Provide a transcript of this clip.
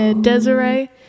Desiree